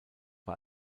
war